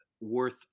worth